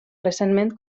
recentment